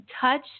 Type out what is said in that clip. touch